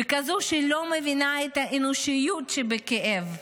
וכזו שלא מבינה את האנושיות שבכאב.